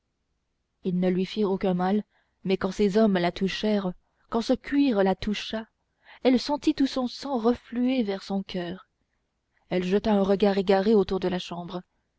ils ne lui firent aucun mal mais quand ces hommes la touchèrent quand ce cuir la toucha elle sentit tout son sang refluer vers son coeur elle jeta un regard égaré autour de la chambre